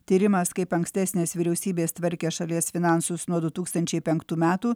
tyrimas kaip ankstesnės vyriausybės tvarkė šalies finansus nuo du tūkstančiai penktų metų